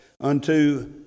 Unto